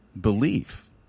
Belief